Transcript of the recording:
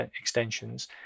extensions